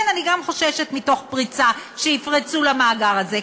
כן, אני גם חוששת מפריצה, שיפרצו למאגר הזה.